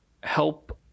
help